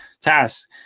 tasks